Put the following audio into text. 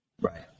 right